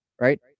right